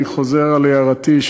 אני חוזר על הערתי,